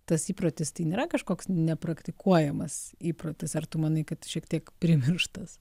tas įprotis tai nėra kažkoks nepraktikuojamas įprotis ar tu manai kad šiek tiek primirštas